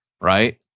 right